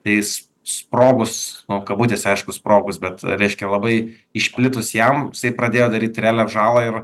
tai jis sprogus nu kabutėse aišku sprogus bet reiškia labai išplitus jam jisai pradėjo daryti realią žalą ir